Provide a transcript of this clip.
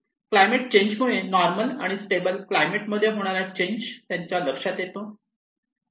climate change मुळे normal आणि stable climate मध्ये होणारा चेंज त्यांच्या लक्षात येतो